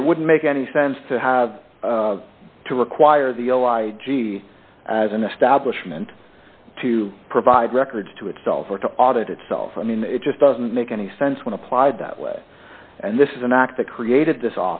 and it wouldn't make any sense to have to require the g d as an establishment to provide records to itself or to audit itself i mean it just doesn't make any sense when applied that way and this is an act that created this